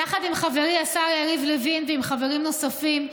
יחד עם חברי השר יריב לוין ועם חברים נוספים,